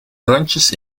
rondjes